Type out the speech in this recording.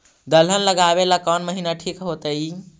दलहन लगाबेला कौन महिना ठिक होतइ?